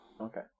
Okay